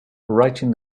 writing